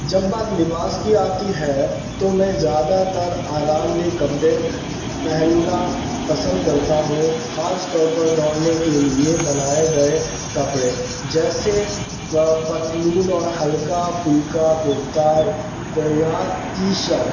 جب بات لباس کی آتی ہے تو میں زیادہ تر آرام دہ کپڑے پہننا پسند کرتا ہوں خاص طور پر دوڑنے کے لیے بنائے گئے کپڑے جیسے پتلون اور ہلکا پھلکا کرتا یا ٹی شرٹ